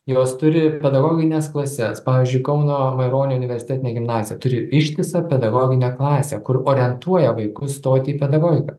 jos turi pedagogines klases pavyzdžiui kauno maironio universitetinė gimnazija turi ištisą pedagoginę klasę kur orientuoja vaikus stoti į pedagogiką